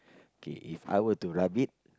K If I were to rub it